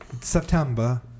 september